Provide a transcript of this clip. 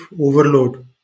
overload